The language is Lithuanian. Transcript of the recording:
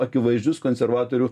akivaizdžius konservatorių